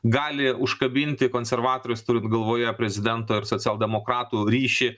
gali užkabinti konservatorius turint galvoje prezidento ir socialdemokratų ryšį